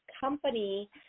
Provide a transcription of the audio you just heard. company